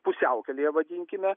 pusiaukelėje vadinkime